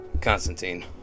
Constantine